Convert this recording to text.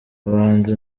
abahanzi